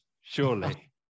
surely